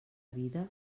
vida